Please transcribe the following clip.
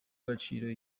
agaciro